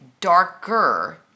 darker